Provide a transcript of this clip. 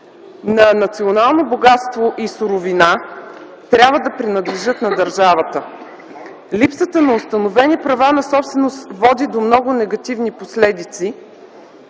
на национално богатство и суровина трябва да принадлежат на държавата. Липсата на установени права на собственост води до много негативни последици,